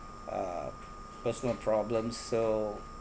uh personal problems so